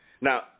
Now